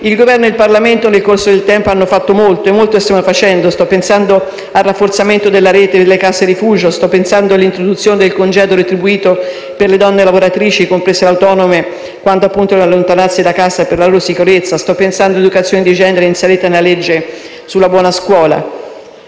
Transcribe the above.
il Governo e il Parlamento, nel corso del tempo, hanno fatto molto e molto stanno facendo. Sto pensando al rafforzamento della rete delle case rifugio, all'introduzione del congedo retribuito per le donne lavoratrici, comprese quelle autonome, quando devono allontanarsi da casa, per la loro sicurezza. Sto pensando all'educazione di genere inserita nella legge sulla buona scuola.